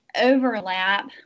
overlap